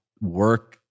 work